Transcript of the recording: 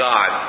God